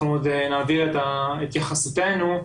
אנחנו נעביר את התייחסותנו.